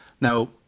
Now